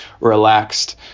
relaxed